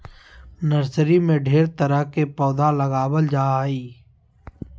nursery में ढेर तरह के पौधा लगाबल जा हइ